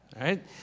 right